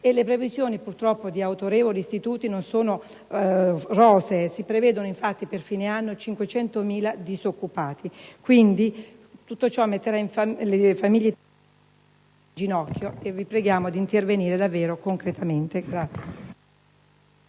le previsioni di autorevoli istituti non sono rosee. Si prevedono infatti per fine anno 500.000 disoccupati in più. Tutto ciò metterà le famiglie in ginocchio, per cui vi preghiamo di intervenire davvero concretamente.